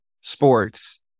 sports